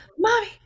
mommy